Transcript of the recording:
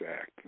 Act